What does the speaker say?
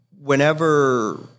Whenever